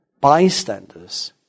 bystanders